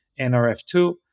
nrf2